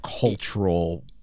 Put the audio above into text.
cultural